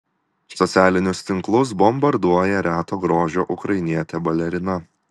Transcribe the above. socialinius tinklus bombarduoja reto grožio ukrainietė balerina